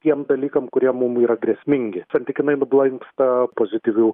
tiem dalykam kurie mum yra grėsmingi santykinai nublanksta pozityvių